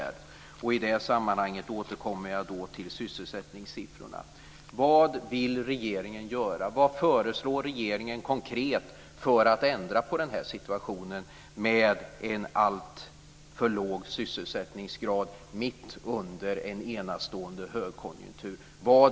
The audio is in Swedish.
I det sammanhanget återkommer jag till sysselsättningssiffrorna. Vad vill regeringen göra? Vad föreslår regeringen konkret för att ändra på situationen med en alltför låg sysselsättningsgrad mitt under en enastående högkonjunktur?